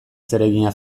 zeregina